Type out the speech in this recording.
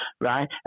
right